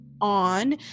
on